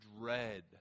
dread